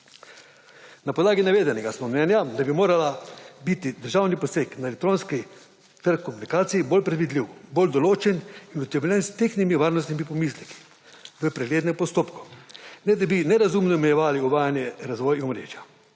Na podlagi navedenega smo mnenja, da bi moral biti državni poseg na elektronski trg komunikacij bolj predvidljiv, bolj določen in utemeljen s tehtnimi varnostnimi pomisleki v preglednem postopku, ne da bi nerazumno omejevali uvajanje razvoja omrežja.